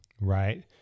right